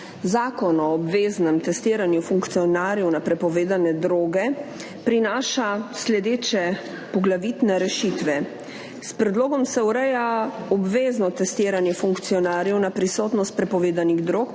Zakon o obveznem testiranju funkcionarjev na prepovedane droge prinaša naslednje poglavitne rešitve. S predlogom se ureja obvezno testiranje funkcionarjev na prisotnost prepovedanih drog,